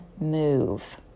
move